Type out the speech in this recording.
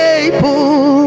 able